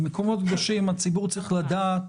מקומות קדושים הציבור צריך לדעת,